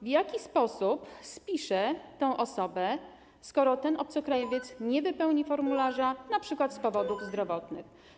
W jaki sposób spisze tę osobę, skoro ten obcokrajowiec nie wypełni formularza np. z powodów zdrowotnych?